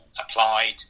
applied